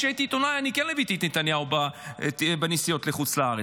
כשהייתי עיתונאי אני כן ליוויתי את נתניהו בנסיעות לחוץ לארץ,